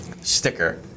sticker